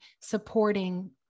supporting